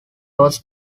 was